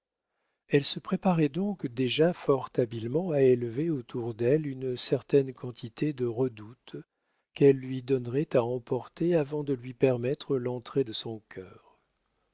elle se préparait donc déjà fort habilement à élever autour d'elle une certaine quantité de redoutes qu'elle lui donnerait à emporter avant de lui permettre l'entrée de son cœur